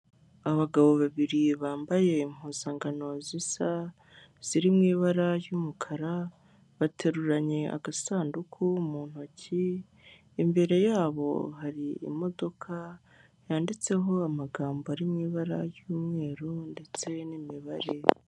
Abagabo babiri bambaye impuzangano zisa ziri mu ibara ry'umukara bateruranye agasanduku mu ntoki, imbere yabo hari imodoka yanditseho amagambo ari mu ibara ry'umweru ndetse n'imibare.